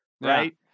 Right